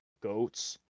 goats